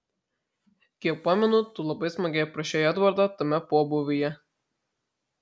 kiek pamenu tu labai smagiai aprašei edvardą tame pobūvyje